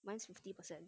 mine is fifty percent